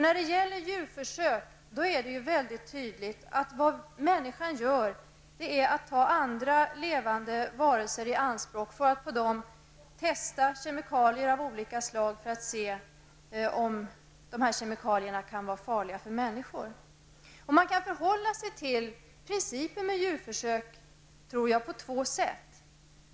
När det gäller djurförsök är det ju mycket tydligt att vad människan gör är att hon tar andra levande varelser i anspråk i syfte att på dem testa kemikalier av olika slag för att se om kemikalierna kan vara farliga för människor. Jag tror att man kan förhålla sig till principen beträffande djurförsök på två sätt.